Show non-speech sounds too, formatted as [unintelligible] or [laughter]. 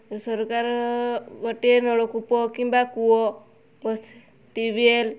ସରକାର ଗୋଟିଏ ନଳକୂପ କିମ୍ବା କୂଅ [unintelligible] ଟ୍ୟୁବ ୱେଲ୍